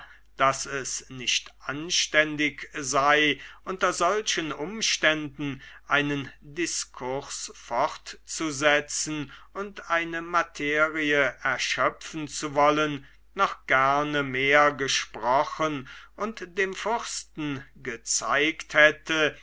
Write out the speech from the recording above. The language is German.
daß es nicht anständig sei unter solchen umständen einen diskurs fortzusetzen und eine materie erschöpfen zu wollen noch gerne mehr gesprochen und dem fürsten gezeigt hätte